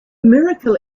miracle